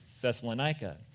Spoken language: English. Thessalonica